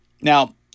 Now